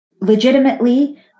legitimately